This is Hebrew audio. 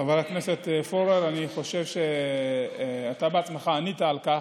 חבר הכנסת פורר, אני חושב שאתה בעצמך ענית על כך,